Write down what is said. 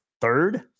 third